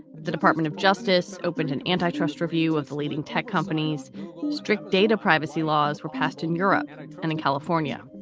the department of justice opened an antitrust review of the leading tech companies whose strict data privacy laws were passed in europe and in california.